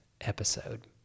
episode